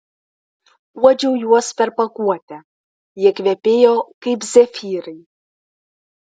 uodžiau juos per pakuotę jie kvepėjo kaip zefyrai